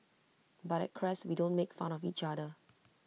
but at Crest we don't make fun of each other